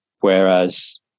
whereas